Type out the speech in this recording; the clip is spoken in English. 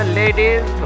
ladies